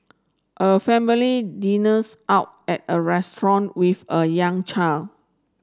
a family dinners out at a restaurant with a young child